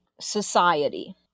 society